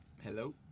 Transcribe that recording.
Hello